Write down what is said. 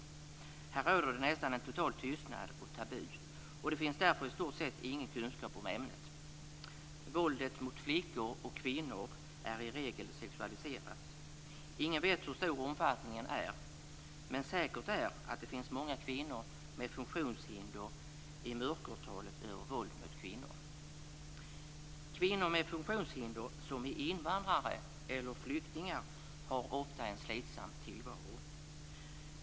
I fråga om detta rådet det nästan en total tystnad och tabu, och det finns därför i stort sett ingen kunskap om ämnet. Våldet mot flickor och kvinnor är i regel sexualiserat. Ingen vet hur stor omfattningen är, men säkert är att det finns många kvinnor med funktionshinder i mörkertalet över våld mot kvinnor. Kvinnor med funktionshinder som är invandrare eller flyktingar har ofta en slitsam tillvaro.